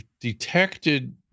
detected